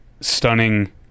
Stunning